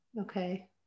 Okay